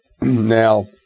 Now